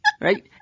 right